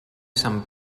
sant